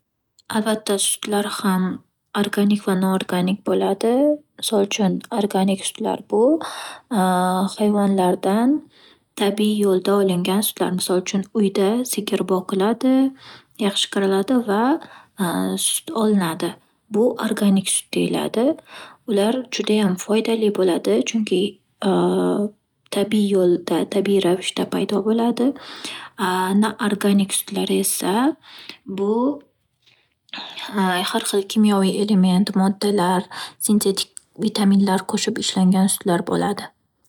Albatta, sutlar ham organik va noorganik bo'ladi. Misol uchun, organik sutlar bu hayvonlardan tabiiy yo'lda olingan sutlar. Misol uchun, uyda sigir boqiladi, yaxshi qaraladi va sut olinadi. Bu organik sut deyiladi. Ular judayam foydali bo'ladi tabiiy yo'lda-tabiiy ravishda paydo bo'ladi. Noorganik sutlar esa bu - har xil kimyoviy element, moddalar, sintetik vitaminlar qo'shib ishlangan sutlar bo'ladi.